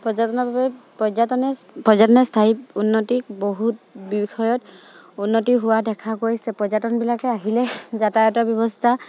পৰ্যটনৰ বাবে পৰ্যটনে পৰ্যটনে স্থায়ী উন্নতিক বহুত বিষয়ত উন্নতি হোৱা দেখা গৈছে পৰ্যটকবিলাক আহিলে যাতায়তৰ ব্যৱস্থা